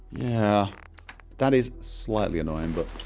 yeah that is slightly annoying but